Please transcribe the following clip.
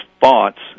thoughts